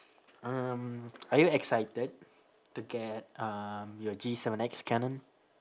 um are you excited to get um your G seven X canon